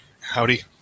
Howdy